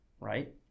right